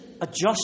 adjust